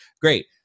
Great